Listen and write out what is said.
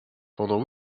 pendant